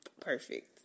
perfect